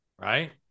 right